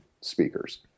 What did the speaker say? speakers